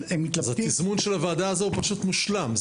מתלבטים --- התזמון של הוועדה הזאת מושלם.